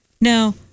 Now